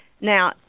Now